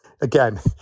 again